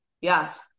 yes